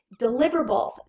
deliverables